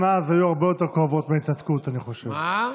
כשהוא הצביע בעד ההתנתקות, מה עשית?